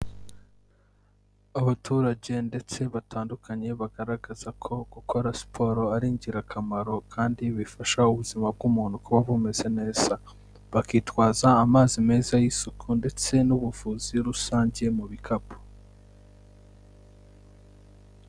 Abaturage ndetse batandukanye bagaragaza ko gukora siporo ari ingirakamaro kandi bifasha ubuzima bw'umuntu kuba bumeze neza, bakitwaza amazi meza y'isuku ndetse n'ubuvuzi rusange mu bikapu.